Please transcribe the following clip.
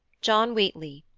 john wheatley.